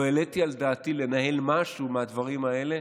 לא העליתי על דעתי לנהל משהו מהדברים האלה